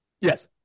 Yes